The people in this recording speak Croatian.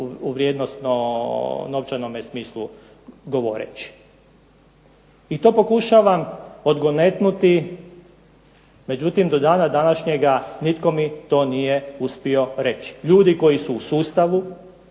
u vrijednosno novčanome smislu govoreći. I to pokušavam odgonetnuti međutim do dana današnjega nitko mi to nije uspio reći. Ljudi koji su u sustavu,